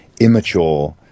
immature